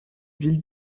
ville